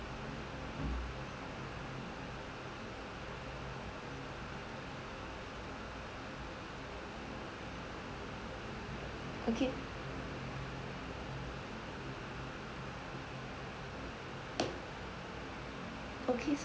okay okay so